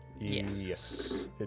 Yes